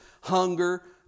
hunger